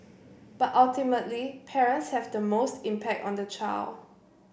but ultimately parents have the most impact on the child